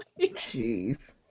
Jeez